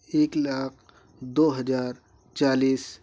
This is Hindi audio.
एक लाख दो हज़ार चालीस